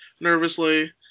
nervously